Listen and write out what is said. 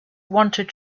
wanted